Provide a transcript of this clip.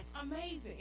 amazing